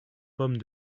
pommes